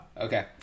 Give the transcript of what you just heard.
okay